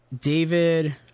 David